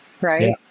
right